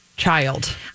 child